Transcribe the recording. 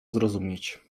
zrozumieć